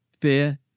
fear